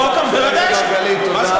חבר הכנסת מרגלית, תודה.